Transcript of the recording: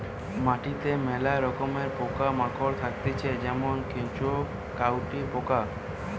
মাটিতে মেলা রকমের পোকা মাকড় থাকতিছে যেমন কেঁচো, কাটুই পোকা